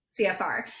CSR